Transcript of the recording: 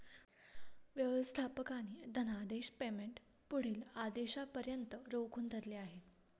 व्यवस्थापकाने धनादेश पेमेंट पुढील आदेशापर्यंत रोखून धरले आहे